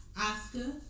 Oscar